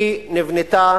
שנבנתה